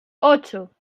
ocho